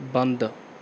ਬੰਦ